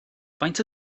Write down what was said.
faint